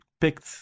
picked